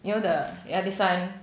you know the your this one